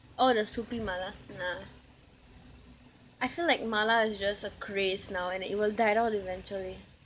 oh the soupy mala nah I feel like mala is just a craze now and it will dial down eventually